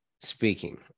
speaking